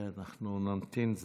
אנחנו נמתין.